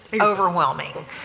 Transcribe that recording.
overwhelming